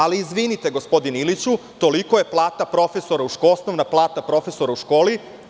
Ali, izvinite, gospodine Iliću, tolika je osnovna plata profesora u školi.